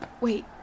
Wait